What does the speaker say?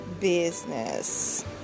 business